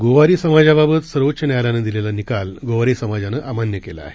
गोवारी समाजा बद्दल काल सर्वोच न्यायालयानं दिलेला निकाल गोवारी समाजानं अमान्य केला आहे